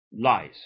lies